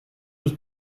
was